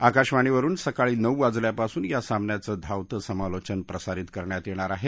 आकाशवाणीवरून सकाळी नऊ वाजल्यापासून या सामन्याचे धावते समालोचन प्रसारित करण्यात येणार आहे